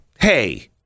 hey